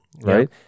right